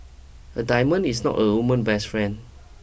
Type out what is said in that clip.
a diamond is not a woman's best friend